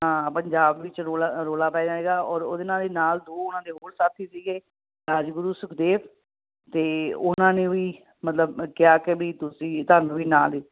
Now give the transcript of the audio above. ਹਾਂ ਪੰਜਾਬ ਵਿੱਚ ਰੋਲਾ ਰੋਲਾ ਪੈ ਜਾਏਗਾ ਔਰ ਉਹਦੇ ਨਾਲ ਹੀ ਨਾਲ ਦੋ ਉਹਨਾਂ ਦੇ ਹੋਰ ਸਾਥੀ ਸੀਗੇ ਰਾਜਗੁਰੂ ਸੁਖਦੇਵ ਅਤੇ ਉਹਨਾਂ ਨੇ ਵੀ ਮਤਲਬ ਕਿਹਾ ਕਿ ਵੀ ਤੁਸੀਂ ਸਾਨੂੰ ਵੀ ਨਾਲੇ ਹੀ